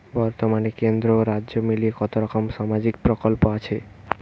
বতর্মানে কেন্দ্র ও রাজ্য মিলিয়ে কতরকম সামাজিক প্রকল্প আছে?